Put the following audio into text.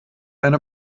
eine